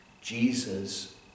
Jesus